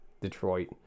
Detroit